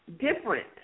different